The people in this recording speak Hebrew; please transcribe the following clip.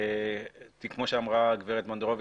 כמו שאמרה גברת מנדרוביץ',